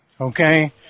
Okay